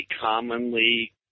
commonly